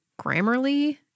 Grammarly